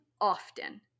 often